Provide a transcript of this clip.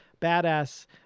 badass